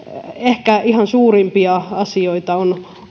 ehkä suurimpia asioita on